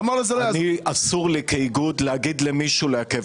אסור לי כאיגוד להגיד למישהו לעכב